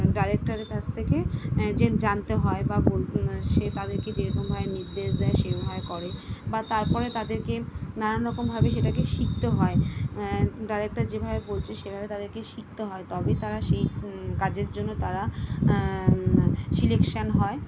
ডায়রেক্টরের কাছ থেকে জে জানতে হয় বা বলতে হয় সে তাদেরকে যেরকমভাবে নির্দেশ দেয় সেরমভাবে করে বা তারপরে তাদেরকে নানান রকমভাবে সেটাকে শিখতেও হয় ডায়রেক্টর যেভাবে বলছে সে ভাবে তাদেরকে শিখতে হয় তবেই তারা সেই কাজের জন্য তারা সিলেকশন হয়